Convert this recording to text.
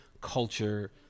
culture